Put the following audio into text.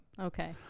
okay